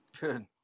Good